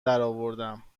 درآوردم